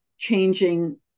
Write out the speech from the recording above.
changing